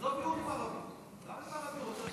עזוב יהודים ערבים, אי-אפשר.